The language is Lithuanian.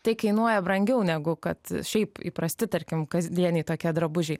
tai kainuoja brangiau negu kad šiaip įprasti tarkim kasdieniai tokia drabužiai